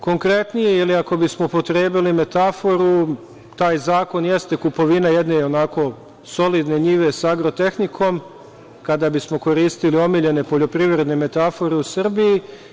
Konkretnije ili ako bismo upotrebili metaforu, taj zakon jeste kupovina jedne onako solidne njive sa agrotehnikom, kada bismo koristili omiljene poljoprivredne metafore u Srbiji.